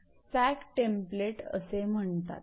8 तर याला sag template असे म्हणतात